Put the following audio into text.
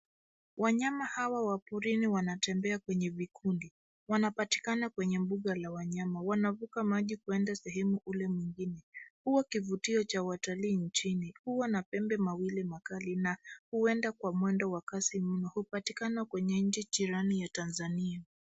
Wanyama hawa wa porini wanatembea kwenye vikundi. Wanapatikana kwenye mbuga la wanyama. Wanavuka maji kuenda sehemu ule mwingine; huwa kivutio cha watalii nchini. Huwa na pembe mawili makali na huenda kwa mwendo wa kasi mno. Hupatikana kwenye nchi jirani ya Tanzania.